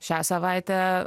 šią savaitę